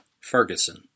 Ferguson